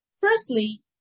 Firstly